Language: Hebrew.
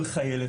כל חיילת,